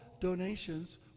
donations